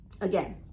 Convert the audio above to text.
Again